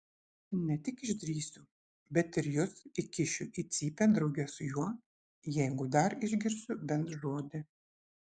ne tik išdrįsiu bet ir jus įkišiu į cypę drauge su juo jeigu dar išgirsiu bent žodį